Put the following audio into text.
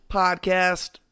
podcast